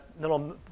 little